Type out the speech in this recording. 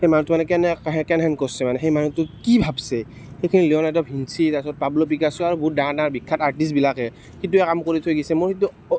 সেই মানুহটো মানে কেনেহেন কৰিছে মানে সেই মানুহটো কি ভাবিছে সেইখিনি লিঅ'নাৰ্দ' ডা ভিঞ্চি তাৰ পাছত পাবল' পিকাচ' আৰু বহুত ডাঙৰ ডাঙৰ বিখ্যাত আৰ্টিষ্টবিলাকে সেইটোৱে কাম কৰি থৈ গৈছে মই সেইটো